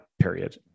period